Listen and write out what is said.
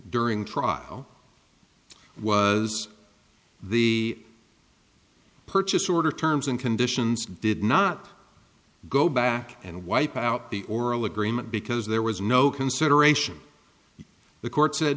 during trial was the purchase order terms and conditions did not go back and wipe out the oral agreement because there was no consideration the court said